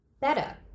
better